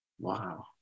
Wow